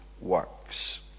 works